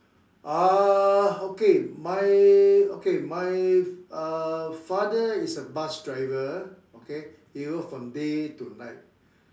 uh okay my okay my uh father is a bus driver okay he work from day to night